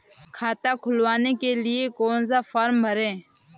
खाता खुलवाने के लिए कौन सा फॉर्म भरें?